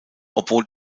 obwohl